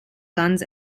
sons